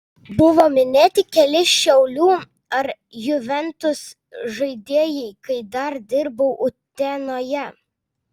buvo minėti keli šiaulių ar juventus žaidėjai kai dar dirbau utenoje